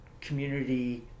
community